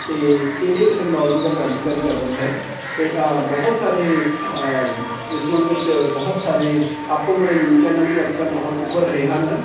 ਅਤੇ ਇਹ ਵੀ ਇੱਕ ਤਕਨੋਲਜੀ ਦਾ ਕ੍ਰਾਂਤੀਕਾਰੀ ਕਦਮ ਹੈ ਅਤੇ ਬਹੁਤ ਸਾਰੇ ਇਸ ਸੰਬੰਧ ਵਿੱਚ ਬਹੁਤ ਸਾਰੇ ਆਪੋ ਆਪਣੇ ਨਿਊਜ ਚੈਨਲ ਵੀ ਅੱਜ ਕੱਲ੍ਹ ਬਹੁਤ ਉੱਭਰ ਰਹੇ ਹਨ